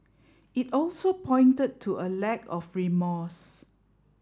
it also pointed to a lack of remorse